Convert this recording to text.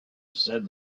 said